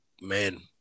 man